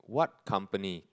what company